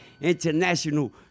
international